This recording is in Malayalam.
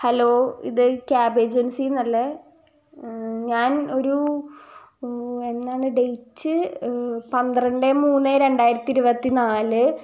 ഹലോ ഇത് ക്യാബ് ഏജൻസിയിൽ നിന്നല്ലേ ഞാൻ ഒരു എന്നാണ് ഡേയ്റ്റ് പന്ത്രണ്ട് മൂന്ന് രണ്ടായിരത്തി ഇരുപത്തി നാല്